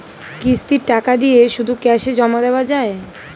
কিস্তির টাকা দিয়ে শুধু ক্যাসে জমা দেওয়া যায়?